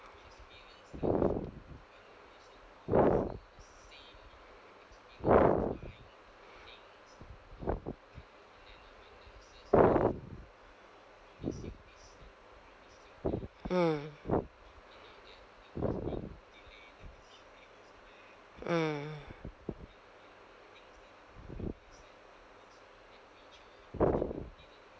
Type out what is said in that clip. mm mm